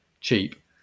cheap